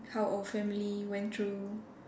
how our family went through